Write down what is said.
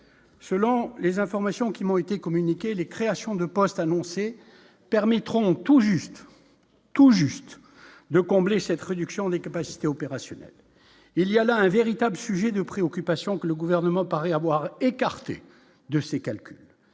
selon les informations qui m'ont été communiquées les créations de postes annoncées permettront tout juste, tout juste de combler cette réduction des capacités opérationnelles, il y a là un véritable sujet de préoccupation, que le gouvernement paraît avoir écarté de ses calculs